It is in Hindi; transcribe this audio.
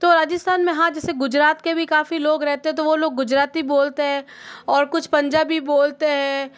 तो राजस्थान में हाँ जिसे गुजरात के भी काफ़ी लोग रहते तो वो लोग गुजराती बोलते हैं और कुछ पंजाबी बोलते हैं